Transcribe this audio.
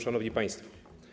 Szanowni Państwo!